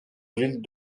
ville